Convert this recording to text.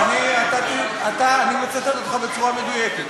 אני מצטט אותך בצורה מדויקת.